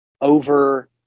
over